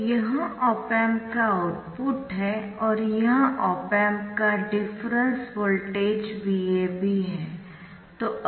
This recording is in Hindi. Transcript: तो यह ऑप एम्प का आउटपुट है और यह ऑप एम्प का डिफरेंस वोल्टेज VAB है